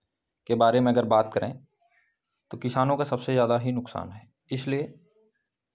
के बारे में अगर बात करें तो किसानों का सबसे ज़्यादा ही नुकसान है इसलिए